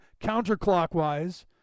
counterclockwise